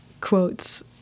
quotes